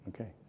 Okay